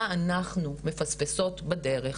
מה אנחנו מפספסות בדרך,